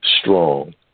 strong